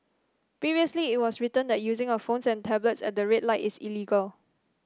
previously it was written that using of phones and tablets at the red light is illegal